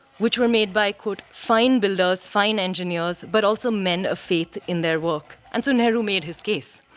which were made by quote fine builders, fine engineers, but also men of faith in their work. and so nehru made his case.